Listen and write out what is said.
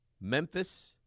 Memphis